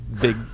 big